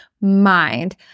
mind